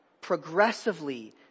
progressively